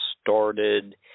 started